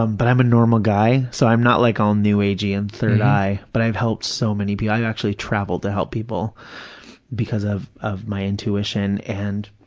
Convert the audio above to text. um but i'm a normal guy, so i'm not like all new agey and third eye, but i've helped so many people. i've actually traveled to help people because of of my intuition. and,